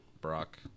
brock